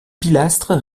pilastres